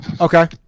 Okay